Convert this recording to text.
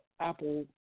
Apple